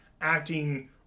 acting